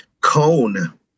cone